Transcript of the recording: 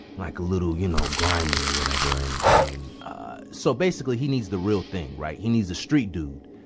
like a little, you know, grimy or whatever and and so basically, he needs the real thing, right? he needs a street dude.